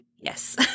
Yes